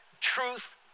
Truth